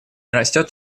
растет